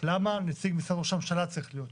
למה נציג משרד ראש הממשלה צריך להיות שם.